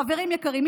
חברים יקרים,